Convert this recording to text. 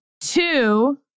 Two